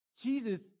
Jesus